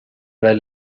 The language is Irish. bheith